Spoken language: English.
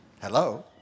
hello